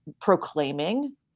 proclaiming